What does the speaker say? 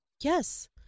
Yes